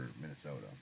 Minnesota